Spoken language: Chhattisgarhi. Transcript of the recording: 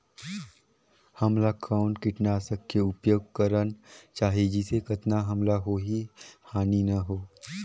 हमला कौन किटनाशक के उपयोग करन चाही जिसे कतना हमला कोई हानि न हो?